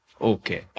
Okay